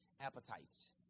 appetites